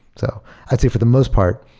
so i'd say for the most part,